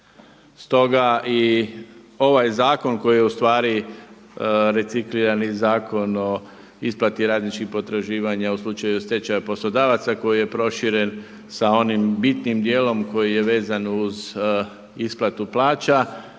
Stoga i ovaj zakon koji je ustvari reciklirani zakon o isplati radničkih potraživanja u slučaju stečaja poslodavaca koji je proširen sa onim bitnim dijelom koji je vezan uz isplatu plaća